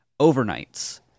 overnights